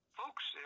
folks